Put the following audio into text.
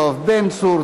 יואב בן צור,